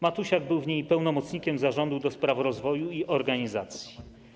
Matusiak był w niej pełnomocnikiem zarządu do spraw rozwoju i organizacji.